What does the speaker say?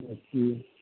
अथी